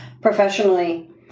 professionally